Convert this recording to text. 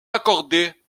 accorder